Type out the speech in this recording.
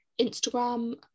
instagram